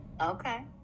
Okay